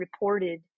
reported